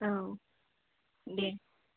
औ दे